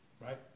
Right